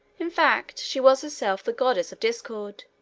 in fact, she was herself the goddess of discord,